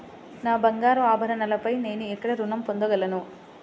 నా బంగారు ఆభరణాలపై నేను ఎక్కడ రుణం పొందగలను?